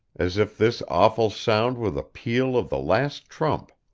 as if this awful sound were the peal of the last trump.